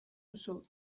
duzu